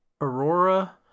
aurora